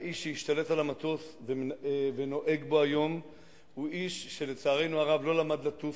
האיש שהשתלט על המטוס ונוהג בו היום הוא איש שלצערנו הרב לא למד לטוס,